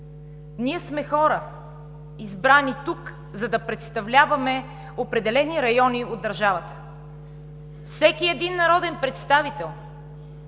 ние сме хора, избрани тук, за да представляваме определени райони от държавата. Всеки един народен представител